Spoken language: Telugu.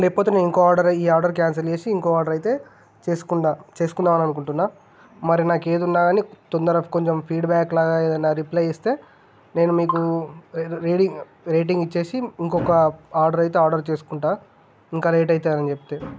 లేకపోతే నేను ఇంకో ఆర్డర్ ఈ ఆర్డర్ కాన్సల్ చేసి చేసుకుందాం చేసుకుందాం అని అనుకుంటున్నా మరి నాకు ఏది ఉన్నాకానీ తొందరగా కొంచెం ఫీడ్బ్యాక్ లాగ ఏదన్నా రిప్లై ఇస్తే నేను మీకు రీడింగ్ రేటింగ్ ఇచ్ఛేసి ఇంకొక ఆర్డర్ అయితే ఆర్డర్ చేసుకుంటా ఇంకా లేట్ అయితే అని చెప్తే